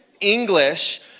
English